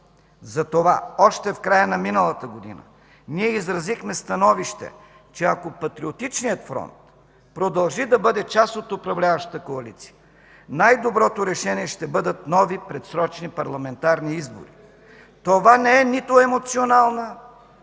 затова още в края на миналата година ние изразихме становище, че ако Патриотичният фронт продължи да бъде част от управляващата коалиция, най-доброто решение ще бъдат нови предсрочни парламентарни избори. Това не е нито емоционална, нито